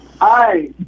Hi